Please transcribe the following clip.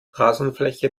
rasenfläche